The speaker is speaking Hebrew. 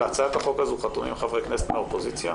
על הצעת החוק הזו חתומים חברי כנסת מהאופוזיציה?